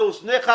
לאוזנייך,